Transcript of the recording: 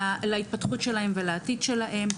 להתפתחות שלהם ולעתיד שלהם.